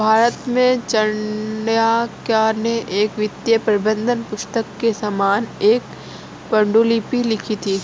भारत में चाणक्य ने एक वित्तीय प्रबंधन पुस्तक के समान एक पांडुलिपि लिखी थी